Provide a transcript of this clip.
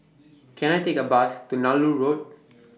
Can I Take A Bus to Nallur Road